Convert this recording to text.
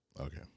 Okay